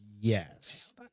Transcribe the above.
Yes